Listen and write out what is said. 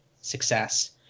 success